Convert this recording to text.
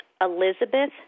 Elizabeth